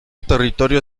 territorio